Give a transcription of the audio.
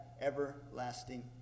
everlasting